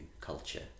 culture